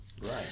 Right